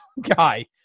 guy